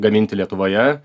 gaminti lietuvoje